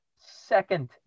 second –